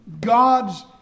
God's